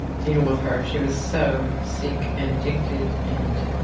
deal with her, she was so sick and addicted, and